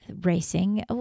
racing